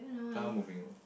ah moving on